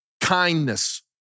kindness